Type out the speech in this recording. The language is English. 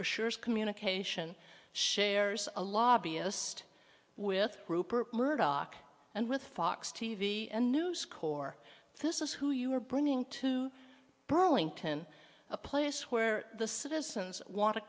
assures communication shares a lobbyist with rupert murdoch and with fox t v and news corps this is who you are bringing to burlington a place where the citizens want